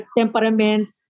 temperaments